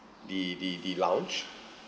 the the the lounge